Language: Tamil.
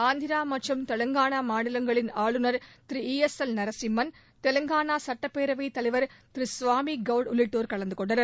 ஆந்திரா மற்றும் தெலங்கானா மாநிலங்களின் ஆளுநர் Thiru E S L Narasimhan Telangana சட்டப்பேரவைத் தலைவர் திரு சுவாமி கவுட் உள்ளிட்டோர் கலந்துகொண்டனர்